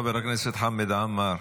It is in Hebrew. חבר הכנסת חמד עמאר,